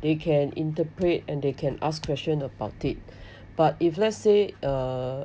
they can interpret and they can ask questions about it but if let's say uh